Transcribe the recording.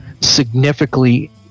significantly